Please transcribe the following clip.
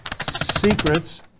secrets